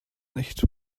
nicht